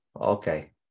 Okay